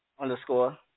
underscore